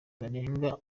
barenga